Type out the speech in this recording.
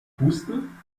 pusten